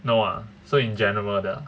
no ah so in general 的 ah